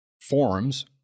forums